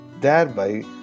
thereby